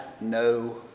no